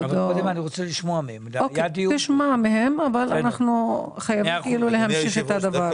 תשמע מהם, אבל אנחנו חייבים להמשיך את הדבר.